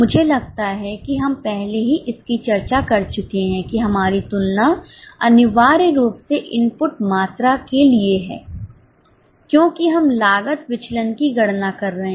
मुझे लगता है कि हम पहले ही इसकी चर्चा कर चुके हैं कि हमारी तुलना अनिवार्य रूप से इनपुट मात्रा के लिए है क्योंकि हम लागत विचलन की गणना कर रहे हैं